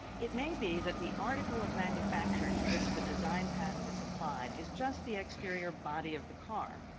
it may be that the article of manufacture to which the design patent is applied is just the exterior body of the car,